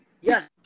Yes